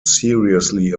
seriously